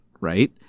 right